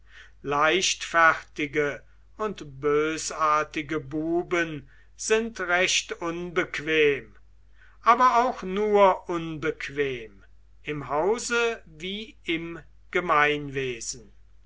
leichtfertige und bösartige buben sind recht unbequem aber auch nur unbequem im hause wie im gemeinwesen